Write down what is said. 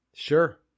Sure